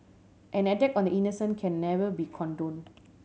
an attack on the innocent can never be condone